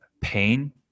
pain